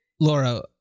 Laura